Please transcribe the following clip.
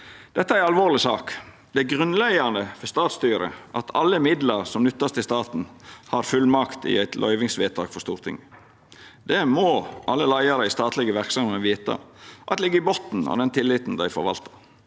Dette er ei alvorleg sak. Det er grunnleggjande for statsstyret at alle midlar som vert nytta i staten, har fullmakt i eit løyvingsvedtak frå Stortinget. Det må alle leiarar i statlege verksemder vita at ligg i botnen for den tilliten dei forvaltar.